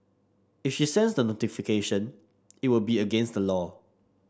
if she sends the notification it would be against the law